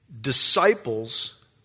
disciples